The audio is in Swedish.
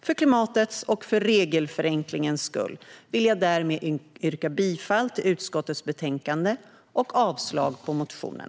För klimatets och för regelförenklingens skull vill jag därmed yrka bifall till utskottets förslag i betänkandet och avslag på motionen.